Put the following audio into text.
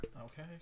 Okay